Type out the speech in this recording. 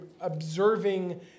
observing